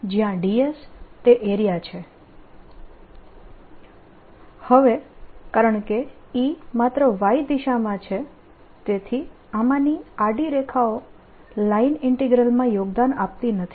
હવે કારણકે E માત્ર Y દિશામાં છે તેથી આમાંની આડી રેખાઓ લાઈન ઈન્ટીગ્રલ માં યોગદાન આપતી નથી